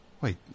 Wait